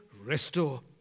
restore